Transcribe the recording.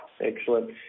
Excellent